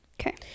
Okay